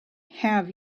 have